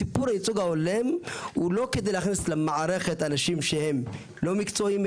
סיפור הייצוג ההולם הוא לא כדי להכניס למערכת אנשים שהם לא מקצועיים,